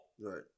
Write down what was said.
Right